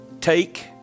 Take